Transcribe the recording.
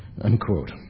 unquote